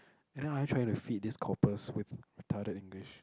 you know are you trying to feed this copper swift retarded English